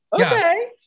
Okay